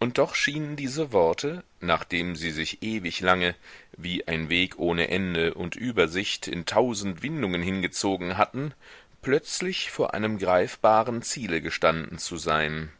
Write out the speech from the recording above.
und doch schienen diese worte nachdem sie sich ewig lange wie ein weg ohne ende und übersicht in tausend windungen hingezogen hatten plötzlich vor einem greifbaren ziele gestanden zu sein